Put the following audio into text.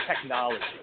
technology